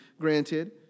granted